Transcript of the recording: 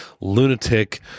lunatic